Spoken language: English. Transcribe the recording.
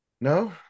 No